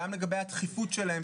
גם לגבי התכיפות שלהם,